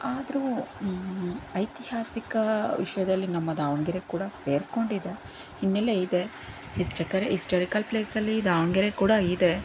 ಆದರೂ ಐತಿಹಾಸಿಕ ವಿಷಯದಲ್ಲಿ ನಮ್ಮ ದಾವಣಗೆರೆ ಕೂಡ ಸೇರಿಕೊಂಡಿದೆ ಹಿನ್ನಲೆ ಇದೆ ಹಿಸ್ಟಕರಿ ಹಿಸ್ಟೋರಿಕಲ್ ಪ್ಲೇಸಲ್ಲಿ ದಾವಣಗೆರೆ ಕೂಡ ಇದೆ